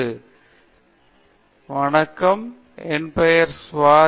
ஸ்வாதி வணக்கம் என் பெயர் ஸ்வாதி